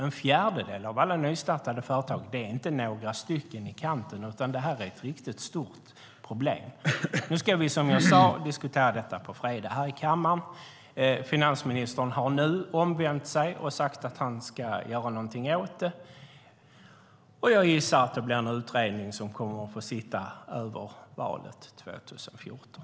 En fjärdedel av alla nystartade företag är inte några stycken i kanten, utan detta är ett riktigt stort problem. Vi ska, som jag sade, diskutera det på fredag här i kammaren. Finansministern har nu omvänt sig och sagt att han ska göra något åt det. Jag gissar att det blir en utredning som kommer att få sitta över valet 2014.